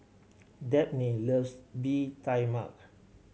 Dabney loves Bee Tai Mak